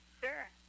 Sure